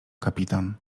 kapitan